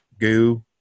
goo